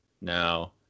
Now